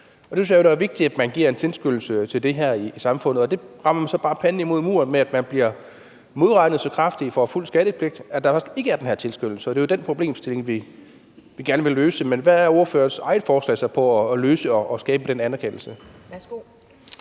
da er vigtigt at man giver en tilskyndelse til i samfundet. Og der rammer man så bare panden mod muren, ved at man bliver modregnet så kraftigt og får fuld skattepligt, så der ikke er den her tilskyndelse, og det er jo den problemstilling, vi gerne vil løse. Men hvad er så ordførerens eget forslag til at løse det og skabe den anerkendelse?